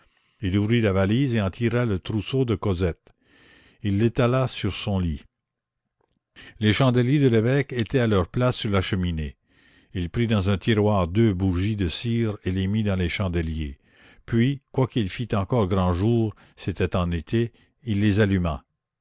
il ouvrit la valise et en tira le trousseau de cosette il l'étala sur son lit les chandeliers de l'évêque étaient à leur place sur la cheminée il prit dans un tiroir deux bougies de cire et les mit dans les chandeliers puis quoiqu'il fît encore grand jour c'était en été il les alluma